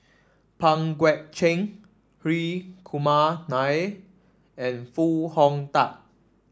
Pang Guek Cheng Hri Kumar Nair and Foo Hong Tatt